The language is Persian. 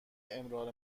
امرار